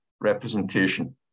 representation